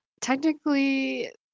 Technically